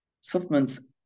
supplements